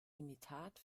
imitat